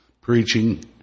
preaching